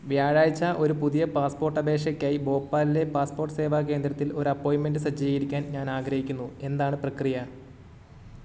വ്യാഴാഴ്ച ഒരു പുതിയ പാസ്പോർട്ട് അപേക്ഷയ്ക്കായി ഭോപ്പാൽ ലെ പാസ്പോർട്ട് സേവാ കേന്ദ്രത്തിൽ ഒരു അപ്പോയിൻമെൻറ്റ് സജ്ജീകരിക്കാൻ ഞാൻ ആഗ്രഹിക്കുന്നു എന്താണ് പ്രക്രിയ